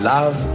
Love